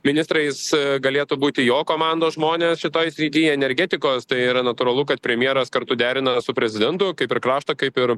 ministrais galėtų būti jo komandos žmonės šitoj srity energetikos tai yra natūralu kad premjeras kartu derina su prezidentu kaip ir krašto kaip ir